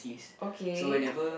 okay